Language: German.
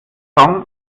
song